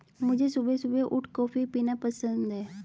मुझे सुबह सुबह उठ कॉफ़ी पीना पसंद हैं